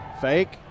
Fake